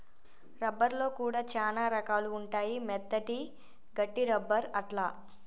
rubber లో కూడా చానా రకాలు ఉంటాయి మెత్తటి, గట్టి రబ్బర్ అట్లా